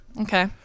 Okay